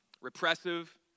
repressive